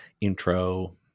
intro